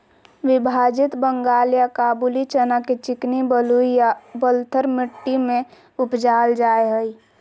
विभाजित बंगाल या काबूली चना के चिकनी बलुई या बलथर मट्टी में उपजाल जाय हइ